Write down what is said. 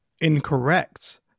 Incorrect